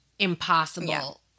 Impossible